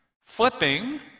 flipping